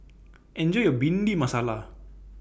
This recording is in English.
Enjoy your Bhindi Masala